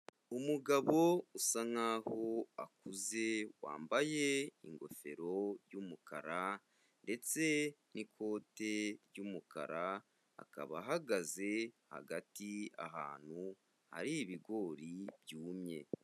Umugabo usa nk'aho akuze wambaye ingofero y'umukara ndetse n'ikoti ry'umukara, akaba ahagaze hagati ahantu hari ibigori byumye.